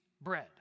bread